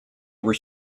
were